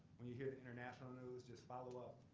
when you hear international news, just follow up,